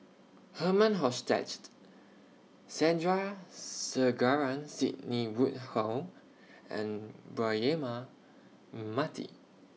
Herman Hochstadt Sandrasegaran Sidney Woodhull and Braema Mati